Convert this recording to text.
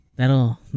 That'll